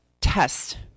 test